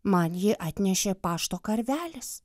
man jį atnešė pašto karvelis